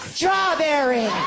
Strawberry